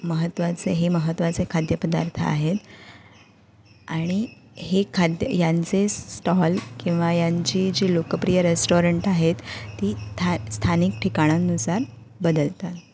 महत्त्वाचे हे महत्त्वाचे खाद्यपदार्थ आहेत आणि हे खाद्य यांचे स्टॉल किंवा यांची जी लोकप्रिय रेस्टॉरंट आहेत ती था स्थानिक ठिकाणांनुसार बदलतात